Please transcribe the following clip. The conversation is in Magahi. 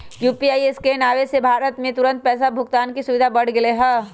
यू.पी.आई स्कैन के आवे से भारत में तुरंत पैसा भुगतान के सुविधा बढ़ गैले है